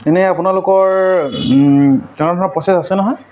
এনে আপোনালোকৰ ৰিটাৰ্ণ হোৱা প্ৰচেছ আছে নহয়